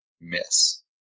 miss